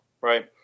right